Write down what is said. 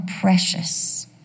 precious